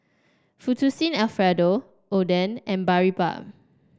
Fettuccine Alfredo Oden and Boribap